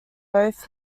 both